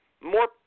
more